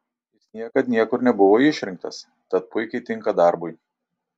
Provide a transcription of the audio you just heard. jis niekad niekur nebuvo išrinktas tad puikiai tinka darbui